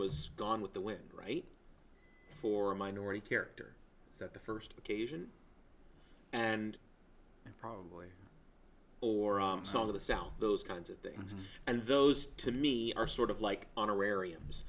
was gone with the wind right for a minority character at the first occasion and probably or some of the sound those kinds of things and those to me are sort of like honorariums